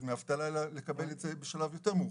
דמי אבטלה אלא לקבל אותם בשלב יותר מאוחר.